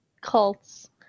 cults